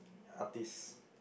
artist